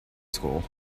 school